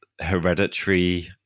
hereditary